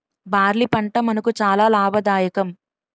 barley పంట మనకు చాలా లాభదాయకం